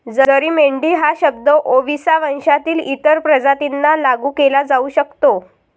जरी मेंढी हा शब्द ओविसा वंशातील इतर प्रजातींना लागू केला जाऊ शकतो